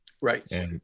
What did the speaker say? Right